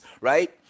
right